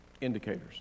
Indicators